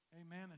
Amen